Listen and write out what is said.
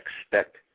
expect